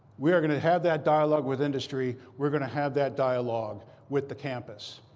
we are going to have that dialogue with industry. we're going to have that dialogue with the campus.